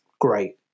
great